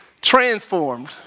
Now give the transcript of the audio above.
transformed